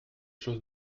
choses